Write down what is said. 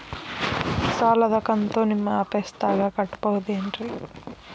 ಸಾಲದ ಕಂತು ನಿಮ್ಮ ಆಫೇಸ್ದಾಗ ಕಟ್ಟಬಹುದೇನ್ರಿ?